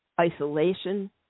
isolation